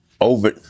over